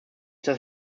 dass